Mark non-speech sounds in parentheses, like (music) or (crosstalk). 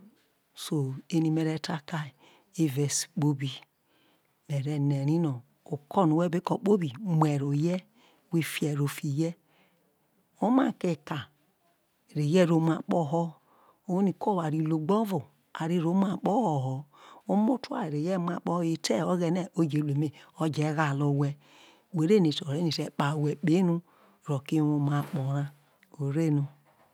(unintelligible) ere me re̱ ta kia evao esi kpobi mere ne̱ ri no oko̱ no we̱ be ko̱ kpobi okọ no we̱ be ko̱ kpobi mu ero ye̱ we fi e̱ro fiye̱ o̱ma ke ka reye̱ ro mu akpoho̱ oroniko oware logbo o̱vo are ro mu akpoho̱ omoto oware reye ro mu akpo̱ ho̱ oye ete oghene oje lu eme oje ghale owhe ore ne ete̱ kpaowhe kpenu ro̱ke̱ ewoma akpo̱ ra ureno.